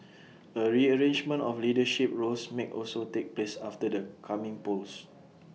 A rearrangement of leadership roles may also take place after the coming polls